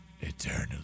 eternally